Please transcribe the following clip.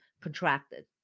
contracted